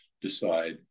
decide